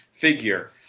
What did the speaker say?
figure